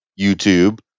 YouTube